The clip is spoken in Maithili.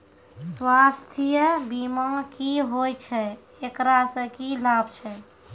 स्वास्थ्य बीमा की होय छै, एकरा से की लाभ छै?